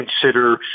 consider